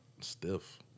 stiff